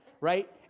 Right